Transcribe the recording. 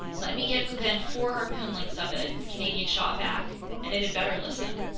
let me get within four harpoon lengths of it, the canadian shot back, and it had better listen!